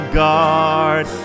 guard